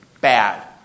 Bad